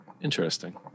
Interesting